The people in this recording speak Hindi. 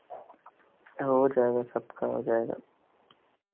हो जाएगा सबका हो जाएगा